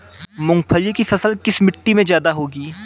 मूंगफली की फसल किस मिट्टी में ज्यादा होगी?